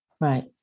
Right